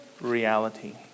reality